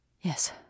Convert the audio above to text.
Yes